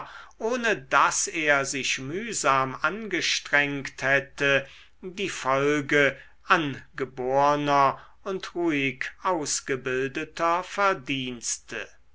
ohne daß er sich mühsam angestrengt hätte die folge angeborner und ruhig ausgebildeter verdienste